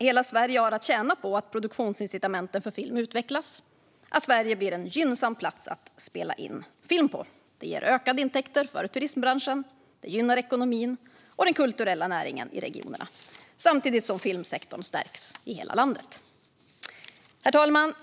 Hela Sverige har att tjäna på att produktionsincitamenten för film utvecklas och att Sverige blir en gynnsam plats att spela in film på. Det ger ökade intäkter för turistbranschen och gynnar ekonomin och den kulturella näringen i regionerna samtidigt som filmsektorn stärks i hela landet. Herr talman!